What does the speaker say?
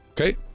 Okay